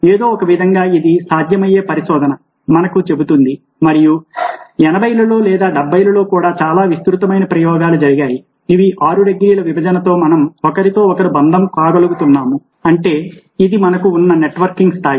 ఏదో ఒకవిధంగా ఇది సాధ్యమయ్యే పరిశోధన మనకు చెబుతుంది మరియు 80లలో లేదా 70లలో కూడా చాలా విస్తృతమైన ప్రయోగాలు జరిగాయి ఇవి ఆరు డిగ్రీల విభజనతో మనం ఒకరితో ఒకరు బంధము కాగలుగుతున్నాము అంటే అది మనకు ఉన్న నెట్వర్కింగ్ స్థాయి